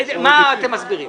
מה אתם מסבירים?